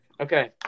Okay